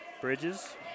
Bridges